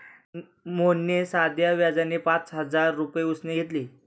मोहनने साध्या व्याजाने पाच हजार रुपये उसने घेतले